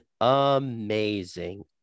amazing